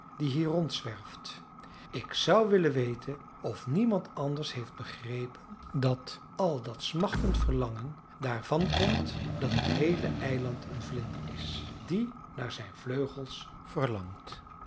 die hier rondzwerft ik zou willen weten of niemand anders heeft begrepen dat àl dat smachtend verlangen daarvan komt dat het heele eiland een vlinder is die naar zijn vleugels verlangt